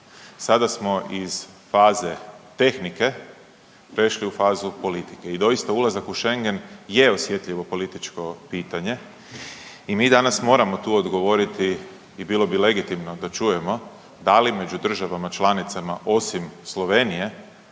Sada smo iz faze tehnike prešli u fazu politike i doista ulazak u schengen je osjetljivo političko pitanje i mi danas moramo tu odgovoriti i bilo bi legitimno da čujemo da li među državama članicama osim Slovenije